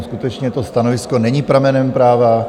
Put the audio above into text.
Skutečně to stanovisko není pramenem práva.